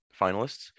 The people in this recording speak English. finalists